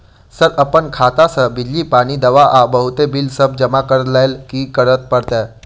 Sir अप्पन खाता सऽ बिजली, पानि, दवा आ बहुते बिल सब जमा करऽ लैल की करऽ परतै?